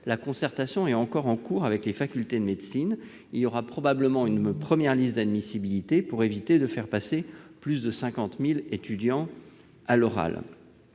la concertation est encore en cours avec les facultés de médecine ; il y aura probablement une première liste d'admissibilité, pour éviter de faire passer plus de 50 000 étudiants à l'oral